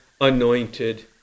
anointed